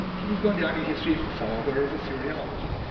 he has gone down in history as the father of assyriology.